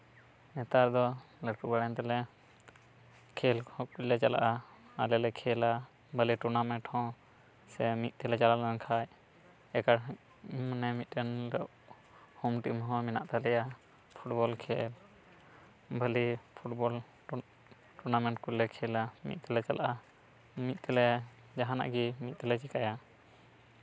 ᱱᱮᱛᱟᱨ ᱫᱚ ᱞᱟᱹᱴᱩ ᱵᱟᱲᱟᱭᱮᱱ ᱛᱮᱞᱮ ᱠᱷᱮᱞ ᱠᱚᱦᱚᱸ ᱞᱮ ᱪᱟᱞᱟᱜᱼᱟ ᱟᱞᱮ ᱞᱮ ᱠᱷᱮᱞᱼᱟ ᱟᱞᱮ ᱴᱩᱨᱱᱟᱢᱮᱴ ᱦᱚᱸ ᱥᱮ ᱢᱤᱫ ᱛᱮᱞᱮ ᱪᱟᱞᱟᱣ ᱞᱮᱱᱠᱷᱟᱡ ᱮᱠᱟᱞ ᱢᱟᱱᱮ ᱢᱤᱫᱴᱟᱱ ᱦᱳᱢ ᱴᱤᱢ ᱦᱚᱸ ᱢᱮᱱᱟᱜ ᱛᱟᱞᱮᱭᱟ ᱯᱷᱩᱴᱵᱚᱞ ᱠᱷᱮᱞ ᱵᱷᱟ ᱞᱤ ᱯᱷᱩᱴᱵᱚᱞ ᱴᱩᱨᱱᱟᱢᱮᱱᱴ ᱠᱚᱞᱮ ᱠᱷᱮᱞᱼᱟ ᱢᱤᱫ ᱛᱮᱞᱮ ᱪᱟᱞᱟᱜᱼᱟ ᱢᱤᱫ ᱛᱮᱞᱮ ᱡᱟᱦᱟᱱᱟᱜ ᱜᱮ ᱢᱤᱫ ᱛᱮᱞᱮ ᱪᱤᱠᱟᱹᱭᱟ